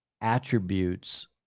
attributes